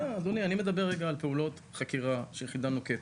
אדוני, אני מדבר על פעולות חקירה שהיחידה נוקטת.